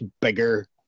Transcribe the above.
bigger